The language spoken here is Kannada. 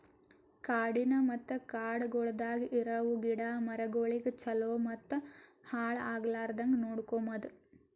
ಕಾಡಿನ ಮತ್ತ ಕಾಡಗೊಳ್ದಾಗ್ ಇರವು ಗಿಡ ಮರಗೊಳಿಗ್ ಛಲೋ ಮತ್ತ ಹಾಳ ಆಗ್ಲಾರ್ದಂಗ್ ನೋಡ್ಕೋಮದ್